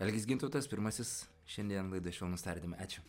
algis gintautas pirmasis šiandien laidoj švelnūs tardymai ačiū